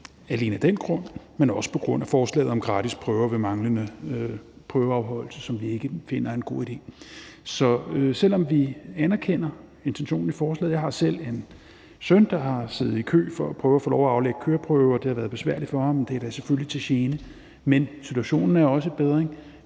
alene af den grund, men heller ikke på grund af forslaget om gratis prøver ved manglende prøveafholdelse, som vi ikke finder er en god idé. Jeg har selv en søn, der har siddet i kø for at prøve at få lov at aflægge køreprøve, og det har været besværligt for ham. Det er da selvfølgelig til gene, men situationen er også i bedring.